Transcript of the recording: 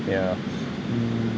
yeah mm